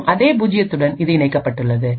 மற்றும் அதே பூஜ்ஜியத்துடன் இது இணைக்கப்பட்டுள்ளது